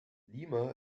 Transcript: lima